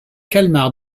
calmar